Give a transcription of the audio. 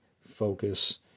focus